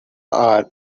are